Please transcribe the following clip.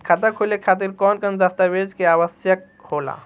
खाता खोले खातिर कौन कौन दस्तावेज के आवश्यक होला?